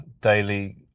daily